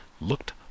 looked